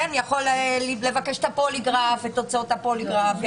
יכול לבקש את תוצאות הפוליגרף,